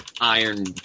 iron